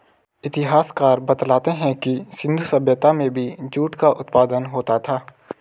इतिहासकार बतलाते हैं कि सिन्धु सभ्यता में भी जूट का उत्पादन होता था